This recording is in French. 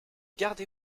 gardez